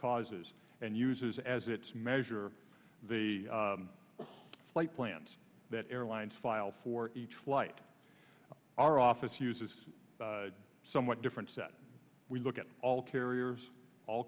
causes and uses as its measure the flight plans that airlines file for each flight are office use is somewhat different set we look at all carriers all